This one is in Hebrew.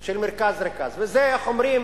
של מרכז "רכאז", וזה, איך אומרים,